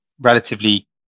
relatively